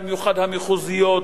במיוחד המחוזיות,